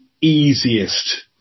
easiest